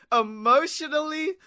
emotionally